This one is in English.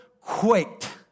quaked